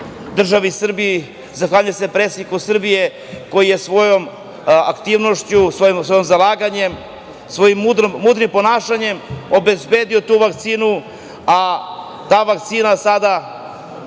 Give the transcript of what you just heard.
državi Srbiji, zahvaljujem se predsedniku Srbije koji je svojom aktivnošću, svojim zalaganjem, svojim mudrim ponašanjem obezbedio tu vakcinu. Ta vakcina sada